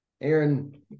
Aaron